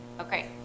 Okay